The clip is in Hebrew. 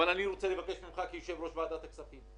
אבל אני רוצה לבקש ממך כיושב-ראש ועדת הכספים,